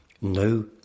No